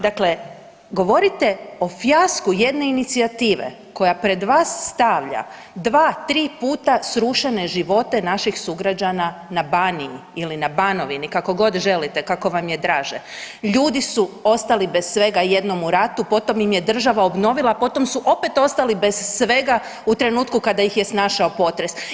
Dakle, govorite o fijasku inicijative koja pred vas stavlja 2, 3 puta srušene živote naših sugrađana na Baniji ili na Banovini, kako god želite, kako vam je draže, ljudi su bez svega, jedan u ratu, potom im je država obnovila a potom su opet ostali bez svega u trenutku kada ih je snašao potres.